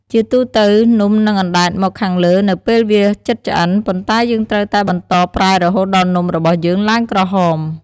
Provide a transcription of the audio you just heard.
ជាទូទៅ នំនឹងអណ្តែតមកខាងលើនៅពេលវាជិតឆ្អិន ប៉ុន្តែយើងត្រូវតែបន្តប្រែរហូតដល់នំរបស់យើងឡើងក្រហម។